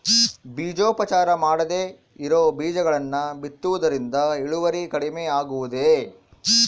ಬೇಜೋಪಚಾರ ಮಾಡದೇ ಇರೋ ಬೇಜಗಳನ್ನು ಬಿತ್ತುವುದರಿಂದ ಇಳುವರಿ ಕಡಿಮೆ ಆಗುವುದೇ?